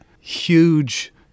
huge